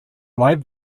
live